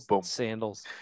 sandals